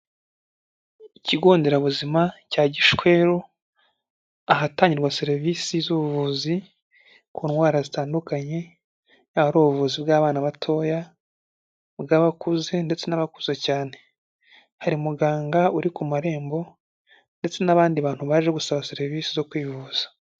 Ikigo nderabuzima cya Gishweru ahatangirwa serivisi z'ubuvuzi ku ndwara zitandukanye yaba ari ubuvuzi bw'abana batoya, ubw'abakuze ndetse n'abakuze cyane, hari umuganga uri ku marembo ndetse n'abandi bantu baje gusaba serivisi zo kwivuza.